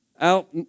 out